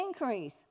increase